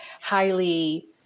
highly